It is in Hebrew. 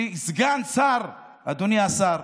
וסגן שר, אדוני השר,